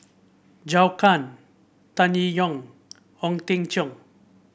Zhou Can Tan Yee Hong Ong Teng Cheong